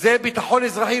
וזה ביטחון אזרחי.